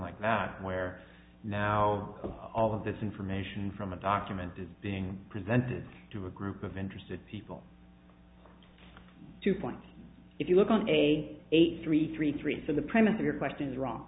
like that where now all of this information from a document is being presented to a group of interested people two points if you look on a eight three three three so the premise of your question is wrong